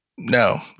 No